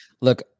Look